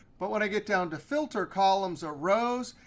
but when i get down to filter, columns, or rows,